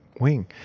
wing